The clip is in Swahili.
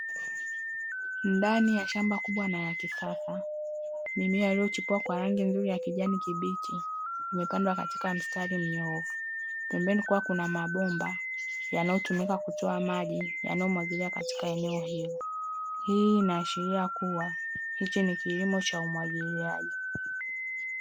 Ndani ya shamba kubwa na la kisasa mimea iliyochipua kwa rangi nzuri ya kijani kibichi imepandwa katika mstari mnyoofu, pembeni kukiwa na mabomba yanayotumika kutoa maji yanayomwagiliwa katika eneo hilo. Hii inaashiria kuwa hichi ni kilimo cha umwagiliaji.